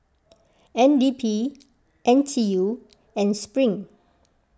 N D P N T U and Spring